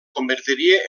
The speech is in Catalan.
convertiria